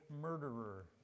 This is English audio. murderer